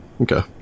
Okay